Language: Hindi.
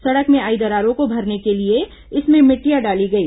सड़क में आई दरारों को भरने के लिए इसमें मिट्टियां डाली गई